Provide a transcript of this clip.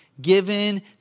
given